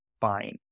fine